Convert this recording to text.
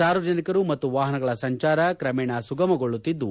ಸಾರ್ವಜನಿಕರು ಮತ್ತು ವಾಹನಗಳ ಸಂಚಾರ ಕ್ರಮೇಣ ಸುಗುಮಗೊಳ್ಳುತ್ತಿದ್ದು